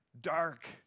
dark